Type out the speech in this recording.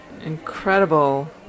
incredible